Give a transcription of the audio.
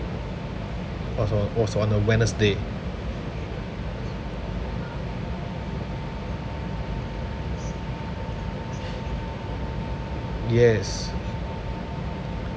was on was on a wednesday yes